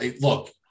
look